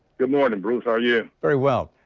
good morning. bruce are you very well,